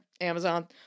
Amazon